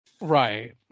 Right